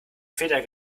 feder